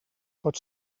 pot